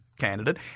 candidate